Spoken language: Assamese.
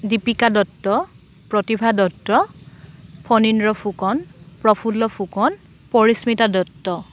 দীপিকা দত্ত প্ৰতিভা দত্ত ফণীন্দ্ৰ ফুকন প্ৰফুল্ল ফুকন পৰিস্মিতা দত্ত